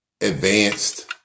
advanced